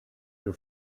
you